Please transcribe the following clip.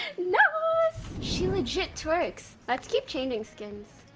nice! she legit twerks, let's keep changing skins